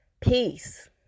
peace